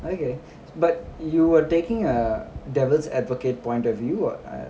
okay but you are taking a devil's advocate point of view or